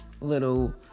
little